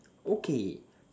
okay